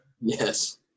Yes